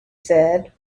said